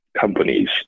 companies